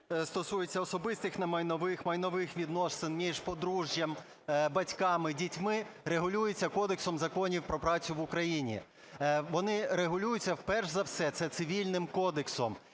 стосуються особистих немайнових, майнових відносин між подружжям, батьками, дітьми, регулюються Кодексом законів про працю України, вони регулюються перш за все це Цивільним кодексом.